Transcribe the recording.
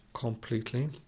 completely